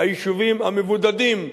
"היישובים המבודדים",